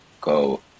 go